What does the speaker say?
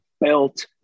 belt